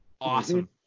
awesome